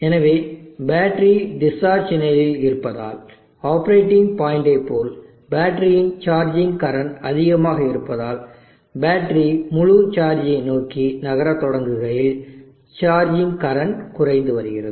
எனவே battery discharge நிலையில் இருப்பதால் ஆப்பரேட்டிங் பாயிண்டை போல் பேட்டரியின் சார்ஜிங் கரண்ட் அதிகமாக இருப்பதால் பேட்டரி முழு சார்ஜிங்கை நோக்கி நகரத் தொடங்குகையில் சார்ஜிங் கரண்ட் குறைந்து வருகிறது